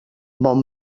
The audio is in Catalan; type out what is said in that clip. bon